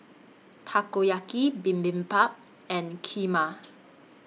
Takoyaki Bibimbap and Kheema